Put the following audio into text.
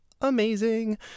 amazing